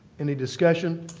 any discussion?